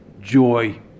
joy